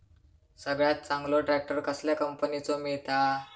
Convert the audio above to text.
सगळ्यात चांगलो ट्रॅक्टर कसल्या कंपनीचो मिळता?